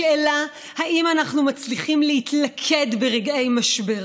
בשאלה אם אנחנו מצליחים להתלכד ברגעי משבר,